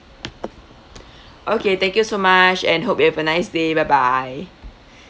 okay thank you so much and hope you have a nice day bye bye